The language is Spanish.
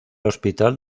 hospital